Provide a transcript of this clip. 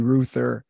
Ruther